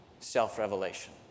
Self-revelation